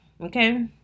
Okay